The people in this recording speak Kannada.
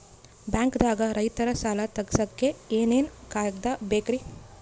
ಬ್ಯಾಂಕ್ದಾಗ ರೈತರ ಸಾಲ ತಗ್ಸಕ್ಕೆ ಏನೇನ್ ಕಾಗ್ದ ಬೇಕ್ರಿ?